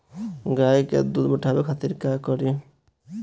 गाय के दूध बढ़ावे खातिर का करी?